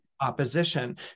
opposition